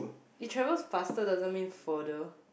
it travels faster doesn't mean further